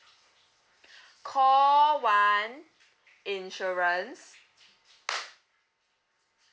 call one insurance